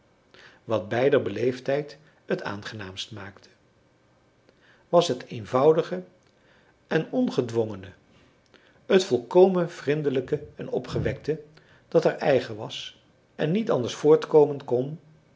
wat beider beleefdheid het aangenaamst maakte was het eenvoudige en ongedwongene het volkomen vrindelijke en opgewekte dat haar eigen was en niet anders voortkomen kon